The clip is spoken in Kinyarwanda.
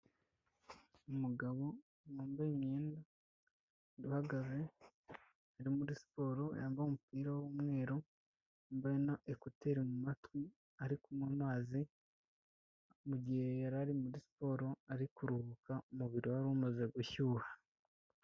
Umugabo wambaye imyenda uhagaze ari muri siporo, yambaye umupira w'umweru wambaye na ekuteri mu matwi, ari kunywa amazi mu gihe yari ari muri siporo ari kuruhuka ubiriro wari umaze gushyuha.